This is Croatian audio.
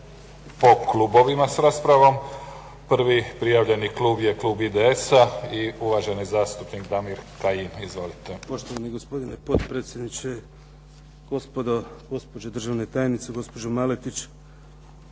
po klubovima sa raspravom. Prvi prijavljeni klub je klub IDS-a i uvaženi zastupnik Damir Kajin. Izvolite. **Kajin, Damir (IDS)** Poštovani gospodine potpredsjedniče, gospodo, gospođe državne tajnice, gospođo Maletić.